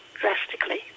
drastically